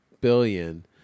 billion